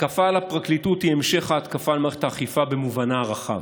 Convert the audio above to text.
ההתקפה על הפרקליטות היא המשך ההתקפה על מערכת האכיפה במובנה הרחב.